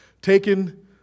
taken